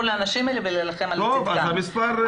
לאנשים האלה ולהילחם על --- אז המספר ברור.